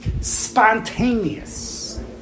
spontaneous